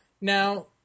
Now